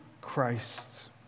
Christ